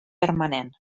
permanent